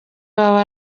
wawe